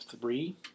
three